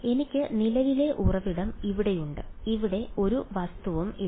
എനിക്ക് നിലവിലെ ഉറവിടം ഇവിടെയുണ്ട് ഇവിടെ ഒരു വസ്തുവും ഇല്ല